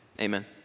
Amen